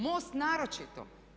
MOST naročito.